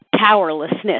powerlessness